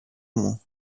μου